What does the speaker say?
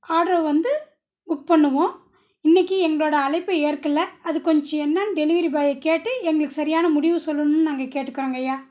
order வந்து book பண்ணுவோம் இன்னைக்கு எங்களோட அழைப்ப ஏற்க்கல அது கொஞ்சம் என்னான்னு டெலிவரி பாயை கேட்டு எங்களுக்கு சரியான முடிவு சொல்லணுன்னு நாங்கள் கேட்டுக்குறோங்க ஐயா